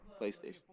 PlayStation